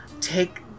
take